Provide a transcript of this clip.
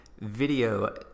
video